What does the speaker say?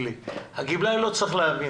הגמלאי לא צריך להבין.